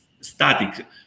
static